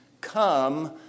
come